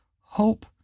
hope